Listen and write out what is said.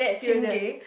Chingay